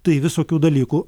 tai visokių dalykų